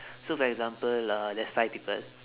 so for example lah there's five people